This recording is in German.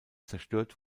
zerstört